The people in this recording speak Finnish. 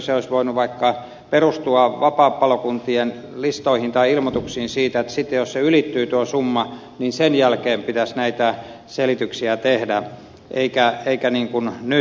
se olisi voinut perustua vaikka vapaapalokuntien listoihin tai ilmoituksiin siitä että jos tuo summa ylittyy sen jälkeen pitäisi näitä selityksiä tehdä eikä niin kuin nyt